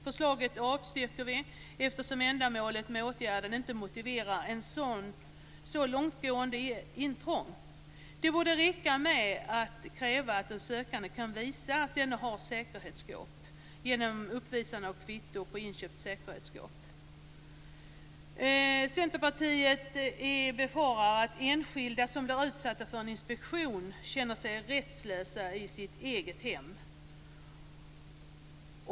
Förslaget avstyrks, eftersom ändamålet med åtgärden inte motiverar ett så långtgående intrång. Det borde räcka med att kräva att den sökande kan visa att han eller hon innehar säkerhetsskåp, t.ex. genom uppvisande av kvitto på inköpt säkerhetsskåp. Centerpartiet befarar att enskilda som blir utsatta för en inspektion känner sig rättslösa i sitt eget hem.